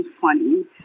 funny